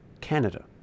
Canada